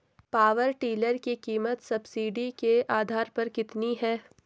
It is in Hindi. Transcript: पावर टिलर की कीमत सब्सिडी के आधार पर कितनी है?